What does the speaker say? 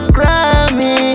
Grammy